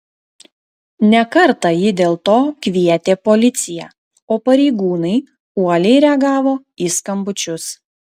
ne kartą ji dėl to kvietė policiją o pareigūnai uoliai reagavo į skambučius